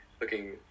looking